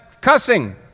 cussing